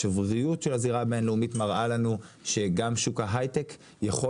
השבריריות של הזירה הבינלאומית מראה לנו שגם שוק ההיי-טק יכול